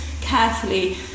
carefully